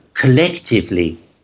collectively